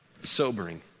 Sobering